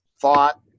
thought